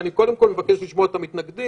קודם כל אני מבקש לשמוע את המתנגדים.